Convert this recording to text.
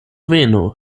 venu